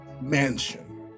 mansion